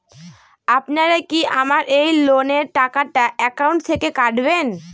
আপনারা কি আমার এই লোনের টাকাটা একাউন্ট থেকে কাটবেন?